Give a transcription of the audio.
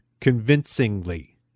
convincingly